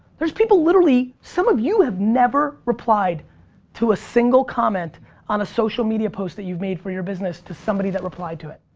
there's people literally. some of you have never replied to a single comment on a social media post that you've made for your business to somebody that replied to it.